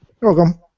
welcome